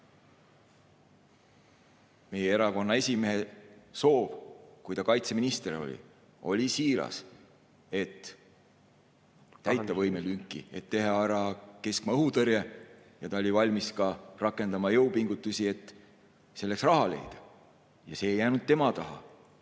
Meie erakonna esimehe soov sel ajal, kui ta oli kaitseminister, oli siiras: täienda võimelünki ja teha ära keskmaa õhutõrje. Ta oli valmis ka rakendama jõupingutusi, et selleks raha leida. Ja see ei jäänud tema taha,